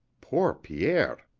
poor pierre.